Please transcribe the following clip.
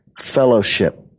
fellowship